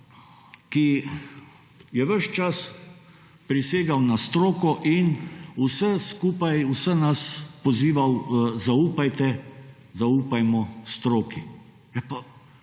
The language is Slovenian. ki je ves čas prisegal na stroko in vse skupaj vse nas pozival, zaupajte, zaupajmo stroki.